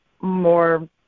more